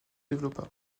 développa